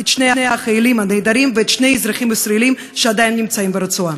את שני החיילים הנעדרים ואת שני האזרחים הישראלים שעדיין נמצאים ברצועה.